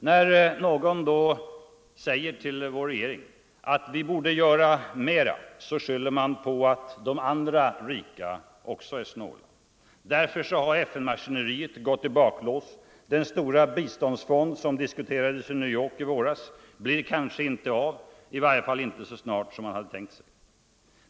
När någon säger till vår regering att vi borde göra mera skyller den på att de andra rika också är snåla. Därför har FN-maskineriet gått i baklås, och den stora biståndsfond som diskuterades i New York i våras blir kanske inte av, i varje fall inte så snart som man hade tänkt sig.